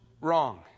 wrong